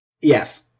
Yes